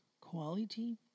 quality